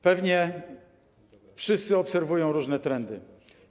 Pewnie wszyscy obserwują różne trendy.